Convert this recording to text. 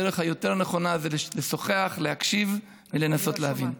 הדרך היותר-נכונה זה לשוחח, להקשיב ולנסות להבין.